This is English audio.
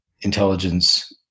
intelligence